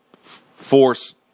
force